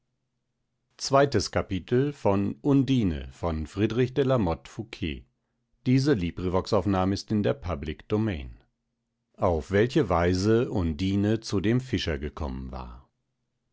auf welche weise undine zu dem fischer gekommen war